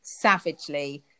savagely